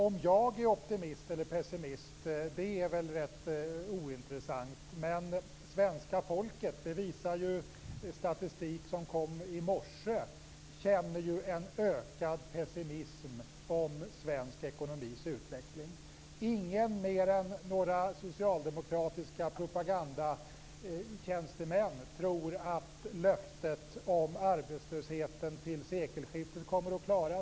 Om jag är optimist eller pessimist är väl rätt ointressant, men statistik som redovisades i morse visar ju att svenska folket känner en ökad pessimism över svensk ekonomis utveckling. Ingen mer än några socialdemokratiska propagandatjänstemän tror att löftet om minskningen av arbetslösheten till sekelskiftet kommer att klaras.